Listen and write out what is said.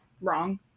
wrong